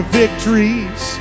victories